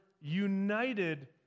united